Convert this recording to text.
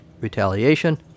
retaliation